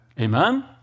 Amen